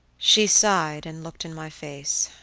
she sighed, and looked in my face.